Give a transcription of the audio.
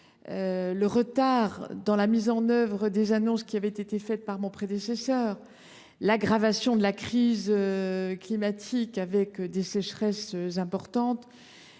le retard dans la mise en œuvre des annonces de mon prédécesseur, l’aggravation de la crise climatique, avec des sécheresses importantes